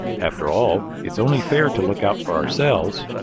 after all, it's only fair to look out for ourselves.